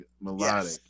melodic